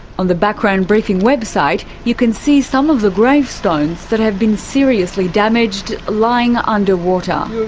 on the background briefing website, you can see some of the gravestones that have been seriously damaged, lying under water.